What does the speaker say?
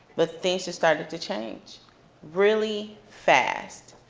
but things just started to change really fast.